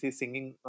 singing